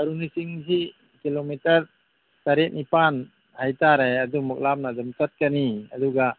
ꯕꯥꯔꯨꯅꯤ ꯆꯤꯡꯁꯤ ꯀꯤꯂꯣꯃꯤꯇꯔ ꯇꯔꯦꯠ ꯅꯤꯄꯥꯜ ꯍꯥꯏꯇꯔꯦ ꯑꯗꯨꯃꯨꯛ ꯂꯥꯞꯅ ꯑꯗꯨꯝ ꯆꯠꯀꯅꯤ ꯑꯗꯨꯒ